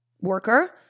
worker